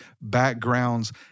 backgrounds